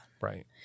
Right